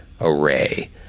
array